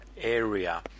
area